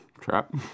trap